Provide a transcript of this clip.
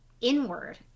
inward